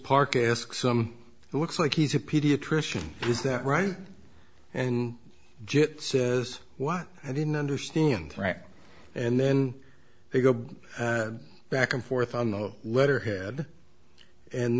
park asks who looks like he's a pediatrician is that right and just says well i didn't understand and then they go back and forth on the letterhead and